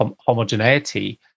homogeneity